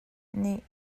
nih